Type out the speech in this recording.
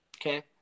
okay